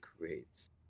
creates